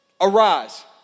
Arise